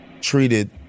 treated